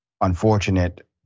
unfortunate